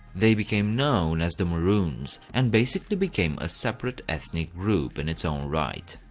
they became known as the marroons and basically became a separate ethnic group in its own right.